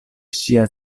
ŝia